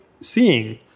Seeing